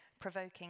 provoking